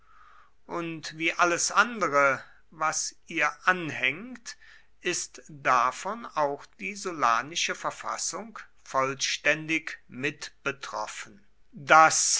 und wie alles andere was ihr anhängt ist davon auch die sullanische verfassung vollständig mitbetroffen das